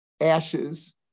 ashes